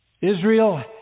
Israel